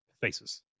faces